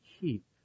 keep